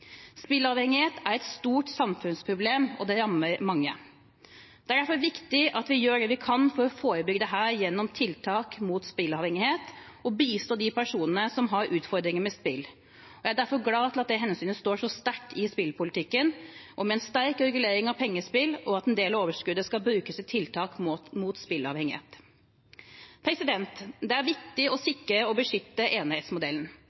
er et stort samfunnsproblem, og det rammer mange. Det er derfor viktig at vi gjør det vi kan for å forebygge dette, gjennom tiltak mot spilleavhengighet og å bistå de personene som har utfordringer med spill. Jeg er derfor glad for at det hensynet står så sterkt i spillpolitikken, med en sterk regulering av pengespill og at en del av overskuddet skal brukes til tiltak mot spilleavhengighet. Det er viktig å